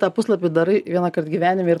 tą puslapį darai vienąkart gyvenime